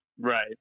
Right